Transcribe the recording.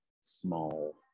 small